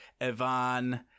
Ivan